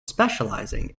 specializing